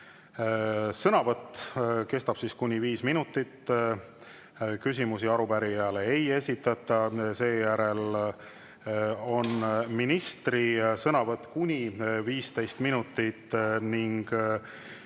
sõnavõtt kestab kuni viis minutit, küsimusi arupärijale ei esitata. Seejärel on ministri sõnavõtt kuni 15 minutit ning